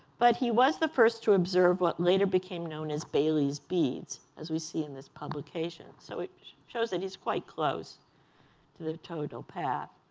but he was the first to observe what later became known as bailey's beads, as we see in this publication. so it shows that he's quite close to the total path.